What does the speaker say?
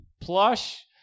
plush